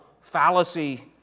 fallacy